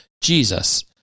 Jesus